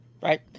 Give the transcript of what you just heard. Right